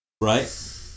Right